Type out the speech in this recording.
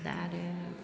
दा आरो